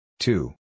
Two